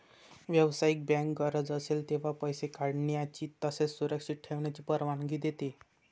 व्यावसायिक बँक गरज असेल तेव्हा पैसे काढण्याची तसेच सुरक्षित ठेवण्याची परवानगी देते